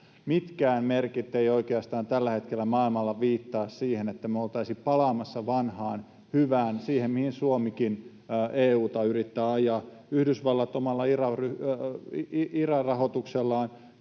Mitkään merkit eivät oikeastaan tällä hetkellä maailmalla viittaa siihen, että me oltaisiin palaamassa vanhaan hyvään, siihen, mihin Suomikin EU:ta yrittää ajaa. Yhdysvallat omalla IRA-rahoituksellaan